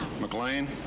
McLean